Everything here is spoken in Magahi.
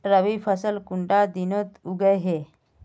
रवि फसल कुंडा दिनोत उगैहे?